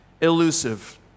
elusive